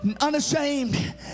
Unashamed